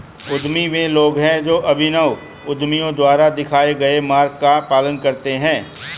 उद्यमी वे लोग हैं जो अभिनव उद्यमियों द्वारा दिखाए गए मार्ग का पालन करते हैं